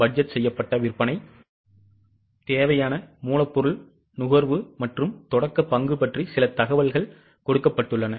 budget செய்யப்பட்ட விற்பனை தேவையான மூலப்பொருள் நுகர்வு மற்றும் தொடக்க இருப்பு பற்றி சில தகவல்கள் கொடுக்கப்பட்டுள்ளன